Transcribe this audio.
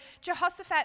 Jehoshaphat